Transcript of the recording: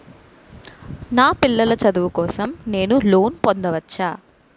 నా పిల్లల చదువు కోసం నేను లోన్ పొందవచ్చా?